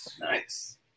Nice